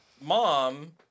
Mom